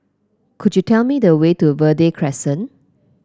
could you tell me the way to Verde Crescent